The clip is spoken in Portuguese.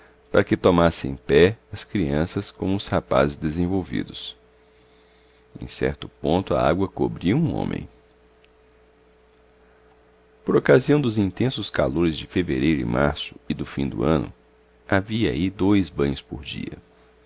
para que tomassem pé as crianças como os rapazes desenvolvidos em certo ponto a água cobria um homem por ocasião dos intensos calores de fevereiro e marco e do fim do ano havia ai dois banhos por dia